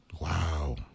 Wow